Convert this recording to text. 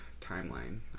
timeline